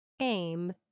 Aim